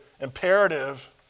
imperative